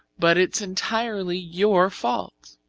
but it's entirely your fault.